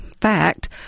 fact